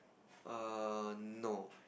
err no